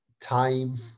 time